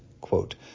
quote